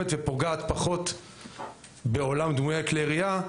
ופוגעת פחות בעולם של דמויי כלי הירייה,